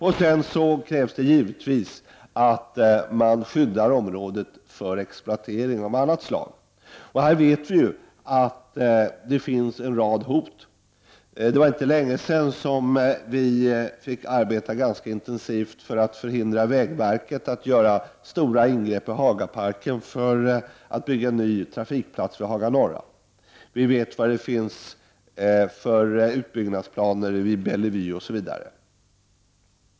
Det krävs givetvis att man också skyddar området för exploatering av annat slag. Här vet vi att det finns en rad hot. Det var inte länge sedan som vi fick arbeta ganska intensivt för att hindra vägverket att göra stora ingrepp i Hagaparken för att bygga en ny trafikplats vid Haga Norra. Vi vet vilka utbyggnadsplaner det finns för Bellevue osv.